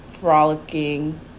Frolicking